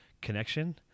connection